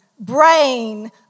brain